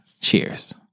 Cheers